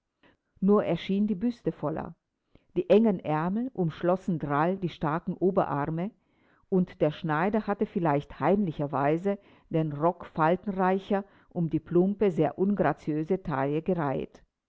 nur erschien die büste voller die engen aermel umschloßen drall die starken oberarme und der schneider hatte vielleicht heimlicherweise den rock faltenreicher um die plumpe sehr ungraziöse taille gereiht